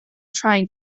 trying